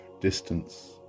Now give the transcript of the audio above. distance